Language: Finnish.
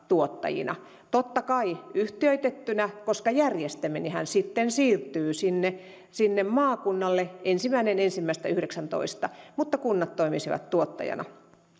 tuottajina totta kai yhtiöitettynä koska järjestäminenhän sitten siirtyy sinne sinne maakunnalle ensimmäinen ensimmäistä kaksituhattayhdeksäntoista mutta kunnat toimisivat tuottajana